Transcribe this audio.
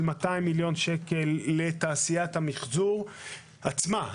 200 מיליון שקל לתעשיית המחזור עצמה,